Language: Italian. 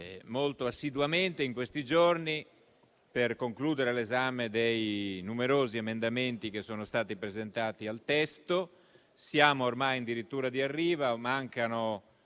molto assiduamente in questi giorni per concludere l'esame dei numerosi emendamenti che sono stati presentati al testo. Siamo ormai in dirittura d'arrivo e mancano